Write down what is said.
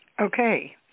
Okay